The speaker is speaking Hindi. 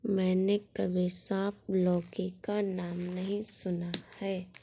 मैंने कभी सांप लौकी का नाम नहीं सुना है